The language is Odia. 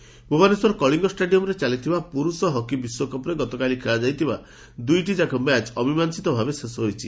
ହକି ଭୁବନେଶ୍ୱରର କଳିଙ୍ଗ ଷ୍ଟାଡିୟମ୍ରେ ଚାଲିଥିବା ପୁରୁଷ ହକି ବିଶ୍ୱକପ୍ରେ ଗତକାଲି ଖେଳାଯାଇଥିବା ଦୁଇଟିଯାକ ମ୍ୟାଚ୍ ଅମିମାଂସିତ ଭାବେ ଶେଷ ହୋଇଛି